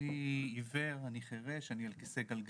אני עיוור, אני חירש, אני על כיסא גלגלים.